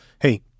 Hey